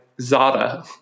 Zada